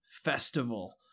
festival